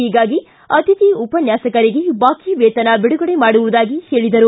ಹೀಗಾಗಿ ಅತಿಥಿ ಉಪನ್ವಾಸಕರಿಗೆ ಬಾಕಿ ವೇತನ ಬಿಡುಗಡೆ ಮಾಡುವುದಾಗಿ ಹೇಳಿದರು